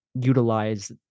utilize